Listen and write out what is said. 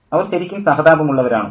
അവർ ശരിക്കും സഹതാപമുള്ളവരാണോ